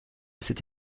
cette